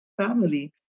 family